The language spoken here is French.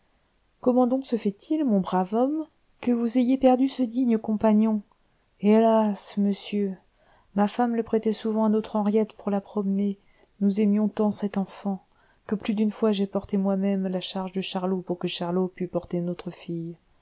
comment donc se fait-il mon brave homme que vous ayez perdu ce digne compagnon hélas monsieur ma femme le prêtait souvent à notre henriette pour la promener nous aimions tant cette enfant que plus d'une fois j'ai porté moi-même la charge de charlot pour que charlot pût porter notre fille